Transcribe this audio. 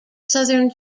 southern